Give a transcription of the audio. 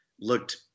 looked